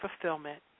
fulfillment